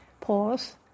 pause